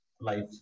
life